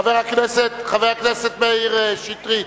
חבר הכנסת מאיר שטרית,